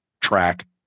track